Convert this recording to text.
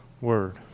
word